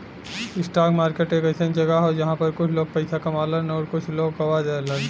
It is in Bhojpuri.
स्टाक मार्केट एक अइसन जगह हौ जहां पर कुछ लोग पइसा कमालन आउर कुछ लोग गवा देलन